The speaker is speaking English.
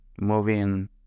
moving